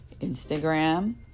Instagram